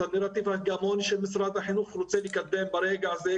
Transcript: את הנראטיב ההגמוני שמשרד החינוך רוצה לקדם ברגע הזה,